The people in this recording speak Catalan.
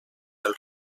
del